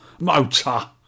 Motor